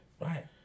Right